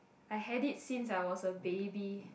I had it since I was a baby